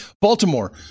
Baltimore